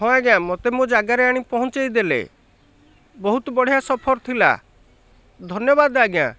ହଁ ଆଜ୍ଞା ଆମେ ମୋ ଜାଗାରେ ଆଣିକି ପହଁଚେଇଦେଲେ ବହୁତ ବଢ଼ିଆ ସଫର ଥିଲା ଧନ୍ୟବାଦ ଆଜ୍ଞା